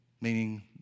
meaning